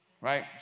right